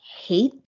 hate